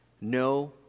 No